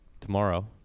Tomorrow